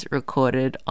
recorded